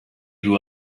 you